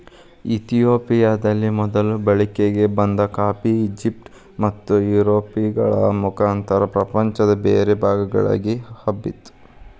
ಇತಿಯೋಪಿಯದಲ್ಲಿ ಮೊದಲು ಬಳಕೆಗೆ ಬಂದ ಕಾಫಿ, ಈಜಿಪ್ಟ್ ಮತ್ತುಯುರೋಪ್ಗಳ ಮುಖಾಂತರ ಪ್ರಪಂಚದ ಬೇರೆ ಭಾಗಗಳಿಗೆ ಹಬ್ಬಿತು